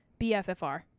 BFFR